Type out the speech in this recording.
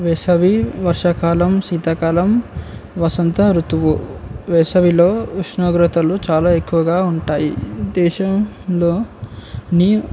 వేసవి వర్షాకాలం శీతాకాలం వసంత ఋతువు వేసవిలో ఉష్ణోగ్రతలు చాలా ఎక్కువగా ఉంటాయి దేశంలోని